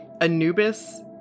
Anubis